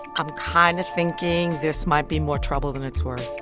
i'm kind of thinking this might be more trouble than it's worth